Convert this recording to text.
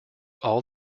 all